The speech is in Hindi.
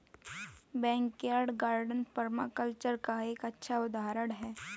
बैकयार्ड गार्डन पर्माकल्चर का एक अच्छा उदाहरण हैं